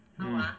mm